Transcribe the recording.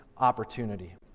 opportunity